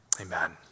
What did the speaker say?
Amen